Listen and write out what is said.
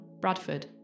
Bradford